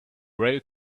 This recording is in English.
rail